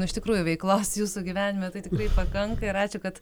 nu iš tikrųjų veiklos jūsų gyvenime tai tikrai pakanka ir ačiū kad